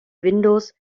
windows